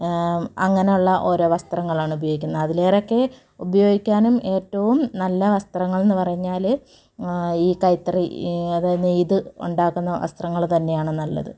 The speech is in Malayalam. അങ്ങനെയുള്ള ഓരോ വസ്ത്രങ്ങളാണ് ഉപയോഗിക്കുന്നത് അതിലാരൊക്കെ ഉപയോഗിക്കാനും ഏറ്റവും നല്ല വസ്ത്രങ്ങൾ എന്ന് പറഞ്ഞാൽ ഈ കൈത്തറി അതായത് നെയ്ത് ഉണ്ടാക്കുന്ന വസ്ത്രങ്ങൾ തന്നെയാണ് നല്ലത്